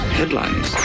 headlines